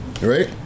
right